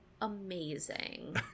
amazing